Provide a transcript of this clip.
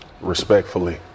Respectfully